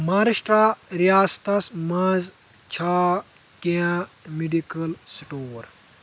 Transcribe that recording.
مہاراشٹرٛا ریاستس مَنٛز چھا کینٛہہ میڈکل سٹور